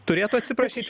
turėtų atsiprašyt